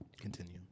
Continue